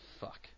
fuck